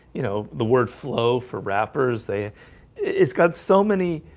you know the word flow for rappers. they it's got so many